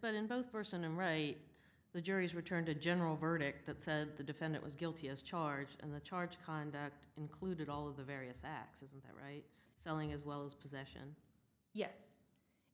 but in both person and ray the jury's returned a general verdict that said the defendant was guilty as charged and the charge of conduct included all of the various axes in that selling as well as possession yes